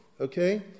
okay